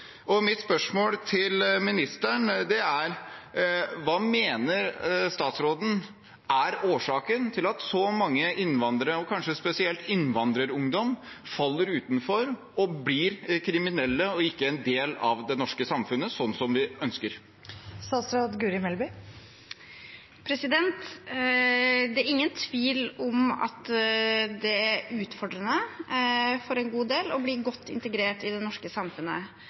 Mitt spørsmål til ministeren er: Hva mener statsråden er årsaken til at så mange innvandrere, og kanskje spesielt innvandrerungdom, faller utenfor og blir kriminelle og ikke en del av det norske samfunnet, slik som vi ønsker? Det er ingen tvil om at det er utfordrende for en god del å bli godt integrert i det norske samfunnet.